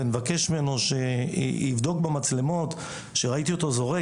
ונבקש ממנו שיבדוק במצלמות שראיתי אותו זורק,